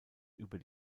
über